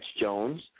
Jones